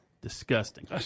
Disgusting